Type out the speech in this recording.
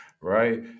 Right